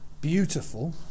beautiful